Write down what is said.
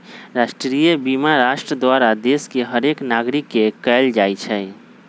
राष्ट्रीय बीमा राष्ट्र द्वारा देश के हरेक नागरिक के कएल जाइ छइ